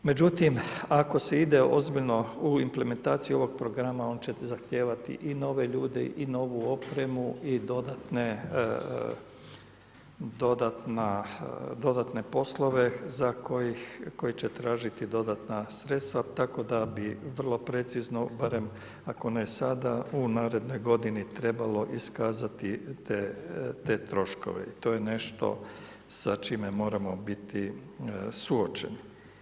Međutim ako se ide ozbiljno u implementaciju ovog programa, on će zahtijevati i nove ljude i novu opremu i dodatne poslove za koje će tražiti dodatna sredstva tako da bi vrlo precizno barem ako ne sada, u narednoj godini trebalo iskazati te troškove i to je nešto sa čime moramo biti suočeni.